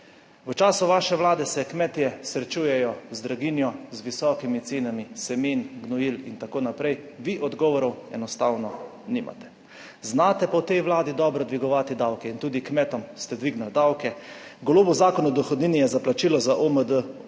V času vaše vlade se kmetje srečujejo z draginjo, z visokimi cenami semen, gnojil in tako naprej, vi odgovorov enostavno nimate. Znate pa v tej Vladi dobro dvigovati davke in tudi kmetom ste dvignili davke. Golobov Zakon o dohodnini je za plačilo za OMD